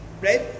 right